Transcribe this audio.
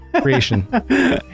creation